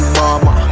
mama